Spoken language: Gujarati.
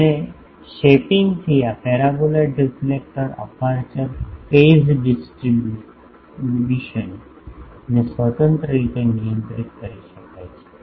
અને શેપિંગ થી આ paraboloid reflector aperture phase distribution ને સ્વતંત્ર રીતે નિયંત્રિત કરી શકાય છે